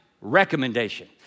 recommendation